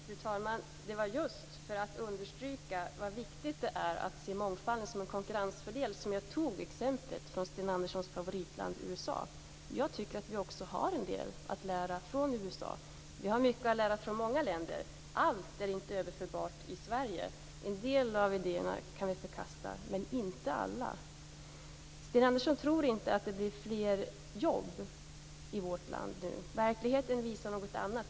Fru talman! Det var just för att understryka hur viktigt det är att se mångfalden som en konkurrensfördel som jag tog upp exemplet från Sten Anderssons favoritland USA. Jag tycker att vi också har en del att lära av USA. Vi har mycket att lära av många länder. Allt är inte överförbart till Sverige. En del av idéerna kan vi förkasta, men inte alla. Sten Andersson tror inte att det blir fler jobb i vårt land nu. Verkligheten visar något annat.